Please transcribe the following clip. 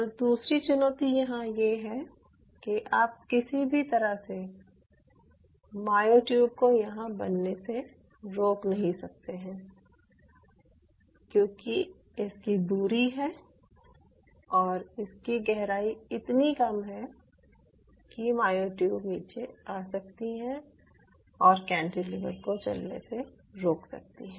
और दूसरी चुनौती यहाँ ये है कि आप किसी भी तरह से मायोट्यूब को यहां बनने से रोक नहीं सकते हैं क्यूंकि इसकी दूरी है और गहराई इतनी कम है कि मायोट्यूब नीचे आ सकती हैं और कैंटिलीवर को चलने से रोक सकती हैं